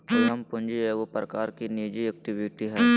उद्यम पूंजी एगो प्रकार की निजी इक्विटी हइ